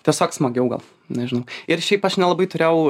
tiesiog smagiau gal nežinau ir šiaip aš nelabai turėjau